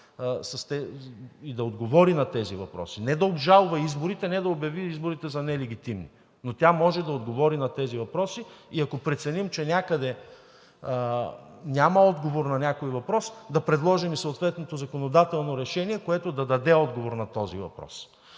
и да отговори на тези въпроси. Не да обжалва изборите, не да обяви изборите за нелегитимни, но тя може да отговори на тези въпроси и ако преценим, че някъде няма отговор на някой въпрос, да предложим и съответното законодателно решение, което да даде отговор на този въпрос.